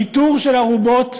לניטור של ארובות,